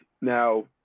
Now